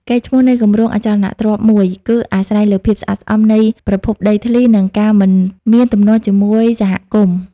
កេរ្តិ៍ឈ្មោះនៃគម្រោងអចលនទ្រព្យមួយ គឺអាស្រ័យលើភាពស្អាតស្អំនៃប្រភពដីធ្លី និងការមិនមានទំនាស់ជាមួយសហគមន៍។